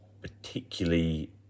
Particularly